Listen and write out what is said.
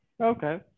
Okay